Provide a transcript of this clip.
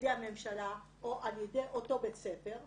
ידי הממשלה או על ידי אותו בית ספר.